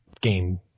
game